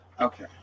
Okay